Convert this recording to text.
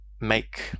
make